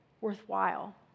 worthwhile